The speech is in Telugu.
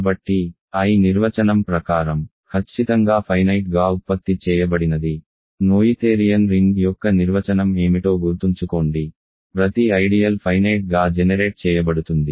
కాబట్టి I నిర్వచనం ప్రకారం ఖచ్చితంగా ఫైనైట్ గా ఉత్పత్తి చేయబడినది నోయిథేరియన్ రింగ్ యొక్క నిర్వచనం ఏమిటో గుర్తుంచుకోండి ప్రతి ఐడియల్ ఫైనేట్ గా జెనెరేట్ చేయబడుతుంది